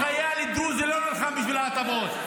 אף חייל דרוזי לא נלחם בשביל ההטבות.